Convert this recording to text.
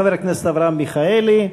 חבר הכנסת אברהם מיכאלי.